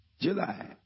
July